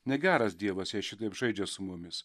negeras dievas jei šitaip žaidžia su mumis